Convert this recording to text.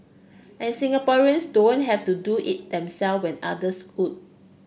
and Singaporeans don't have to do it themself when others would